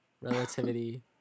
Relativity